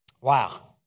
Wow